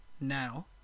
now